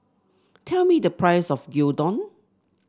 tell me the price of Gyudon